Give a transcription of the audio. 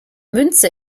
münze